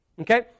okay